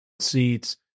seats